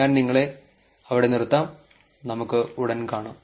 ഞാൻ നിങ്ങളെ അവിടെ നിർത്താം നമുക്ക് ഉടൻ കാണാം